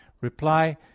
Reply